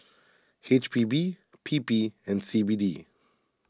H P B P P and C B D